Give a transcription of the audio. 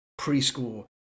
preschool